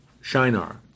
Shinar